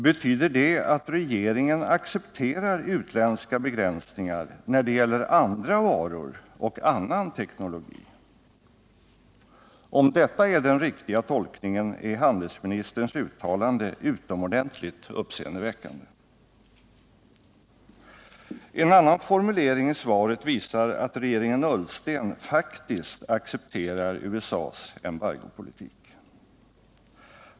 Betyder det att regeringen accepterar utländska begränsningar när det gäller andra varor och annan teknologi? Om detta är den riktiga tolkningen, så är handelsministerns uttalande utomordentligt uppseendeväckande. En annan formulering i svaret visar att regeringen Ullsten faktiskt accepterar USA:s embargopolitik.